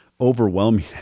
overwhelming